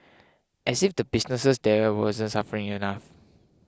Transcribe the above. as if the businesses there wasn't suffering enough